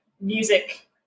music